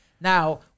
Now